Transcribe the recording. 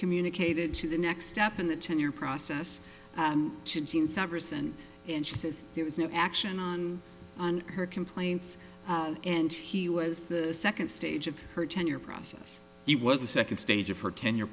communicated to the next step in the tenure process and and she says there was no action on on her complaints and he was the second stage of her tenure process it was the second stage of her tenure